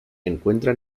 encuentran